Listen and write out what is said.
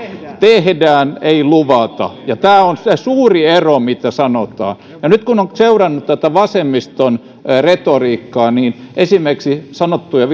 tehdään ei luvata ja tämä on se suuri ero miten sanotaan nyt kun on seurannut tätä vasemmiston retoriikkaa niin on esimerkiksi sanottu ja